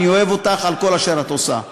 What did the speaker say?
אני אוהב אותך על כל אשר את עושה.